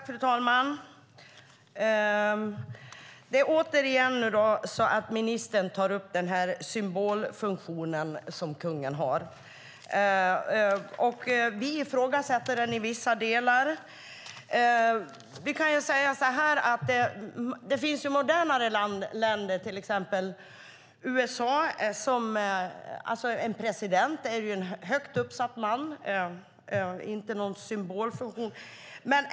Fru talman! Ministern tar återigen upp den symbolfunktion som kungen har. Vi ifrågasätter den i vissa delar. Vi kan ju säga att det finns modernare länder, till exempel USA. En president är ju en högt uppsatt man, inte någon symbol.